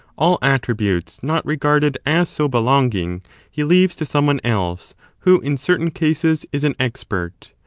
all attributes not regarded as so belonging he leaves to someone else who in certain cases is an expert,